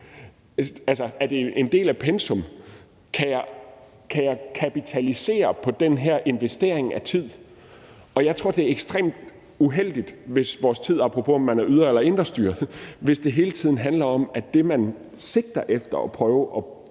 Altså, er det en del af pensum? Kan jeg kapitalisere på den her investering af tid? Og jeg tror, det er ekstremt uheldigt, hvis vores tid – apropos om man er ydre- eller indrestyret – hele tiden handler om, at det, man sigter efter at prøve at